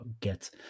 get